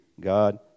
God